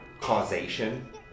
causation